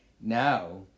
Now